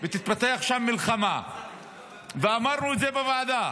ותתפתח שם מלחמה ואמרנו את זה בוועדה